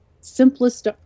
simplest